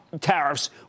tariffs